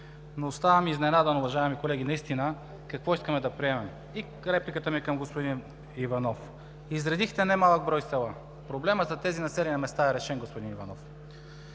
Оставам изненадан, уважаеми колеги, какво искаме да приемем. Репликата ми е към господин Иванов. Изредихте немалък брой села. Проблемът с тези населени места е решен, господин Иванов.